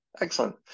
Excellent